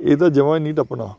ਇਹ ਤਾਂ ਜਮਾਂ ਹੀ ਨਹੀਂ ਟੱਪਣਾ